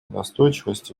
настойчивости